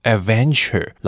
Adventure